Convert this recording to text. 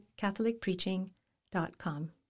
CatholicPreaching.com